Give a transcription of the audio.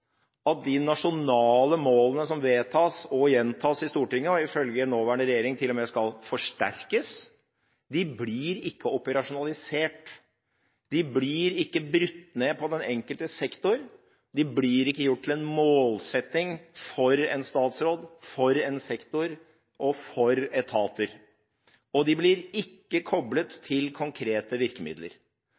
at de nasjonale målene som vedtas, og gjentas, i Stortinget, og ifølge nåværende regjering til og med skal forsterkes, ikke blir operasjonalisert, ikke blir brutt ned på den enkelte sektor, ikke blir gjort til en målsetting for en statsråd, for en sektor og for etater – og de blir ikke koblet til konkrete virkemidler.